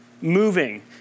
moving